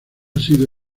sido